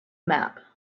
map